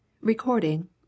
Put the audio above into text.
Recording